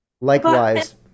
Likewise